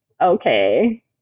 okay